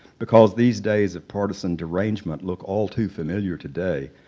because these days of partisan derangement look all too familiar today,